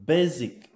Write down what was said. Basic